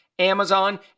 Amazon